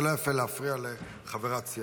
זה לא יפה להפריע לחברת סיעתך.